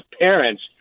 parents